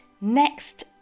next